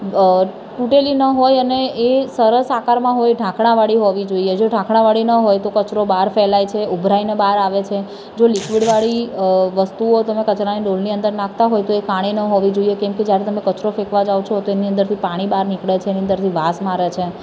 તૂટેલી ના હોય અને એ સરસ આકારમાં હોય ઢાંકાણાવાળી હોવી જોઈએ જો ઢાંકણાવાળી ના હોય તો કચરો બહાર ફેલાય છે ઉભરાઈને બહાર આવે છે જો લિક્વિડવાળી વસ્તુઓ તમે કચરાની ડોલની અંદર નાખતા હોય તો તે કાણી ના હોવી જોઈએ કેમ કે જયારે તમે કચરો ફેંકવા જાઓ છો ત્યારે તેની અંદરથી પાણી બહાર નીકળે છે તેની અંદરથી વાસ મારે છે